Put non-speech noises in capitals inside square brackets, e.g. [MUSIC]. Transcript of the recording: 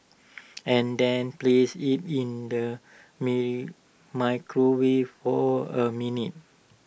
and then place IT in the [UNINTELLIGIBLE] microwave for A minute